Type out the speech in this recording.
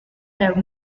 have